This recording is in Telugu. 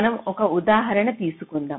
మనం ఒక ఉదాహరణ తీసుకుందాం